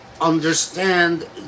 understand